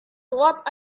what